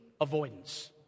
avoidance